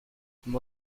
mon